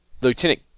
Lieutenant